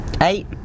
Eight